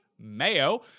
mayo